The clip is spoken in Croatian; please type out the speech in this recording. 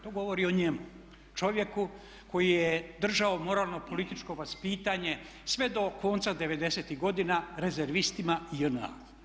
To govori o njemu, čovjeku koji je držao moralno političko vaspitanje sve do konca '90.-ih godina rezervistima JNA.